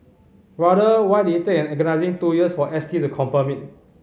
rather why did it take an agonising two years for S T to confirm it